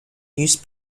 news